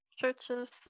churches